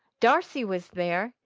darcy was there.